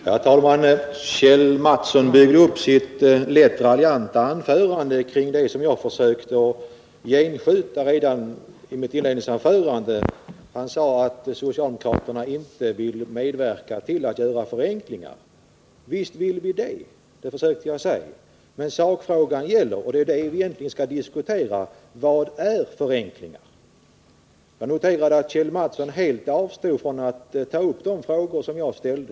Herr talman! Kjell Mattsson byggde upp sitt rätt raljanta anförande kring det som jag försökt genskjuta redan i mitt inledningsanförande. Han påstod att socialdemokraterna inte vill medverka till förenklingar. Visst vill vi det! Det försökte jag också säga. Men sakfrågan — och det är den som vi nu skall diskutera — gäller: Vad är förenklingar? Jag noterar att Kjell Mattsson helt avstod från att ta upp de frågor som jag ställde.